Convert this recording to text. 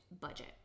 budget